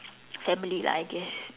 family lah I guess